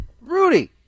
Rudy